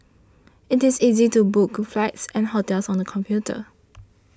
it is easy to book flights and hotels on the computer